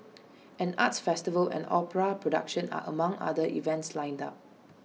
an arts festival and opera production are among other events lined up